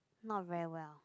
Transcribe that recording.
not very well